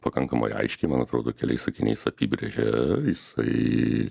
pakankamai aiškiai man atrodo keliais sakiniais apibrėžė jisai